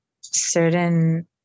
Certain